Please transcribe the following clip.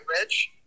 rich